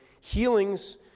healings